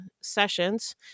sessions